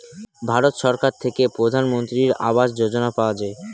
ভারত সরকার থেকে প্রধানমন্ত্রী আবাস যোজনা পাওয়া যায়